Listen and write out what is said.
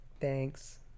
Thanks